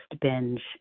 binge